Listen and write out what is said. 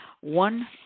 one